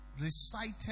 recited